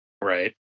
Right